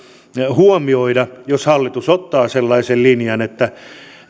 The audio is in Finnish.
huomioida jos hallitus ottaa sellaisen linjan että